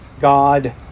God